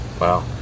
Wow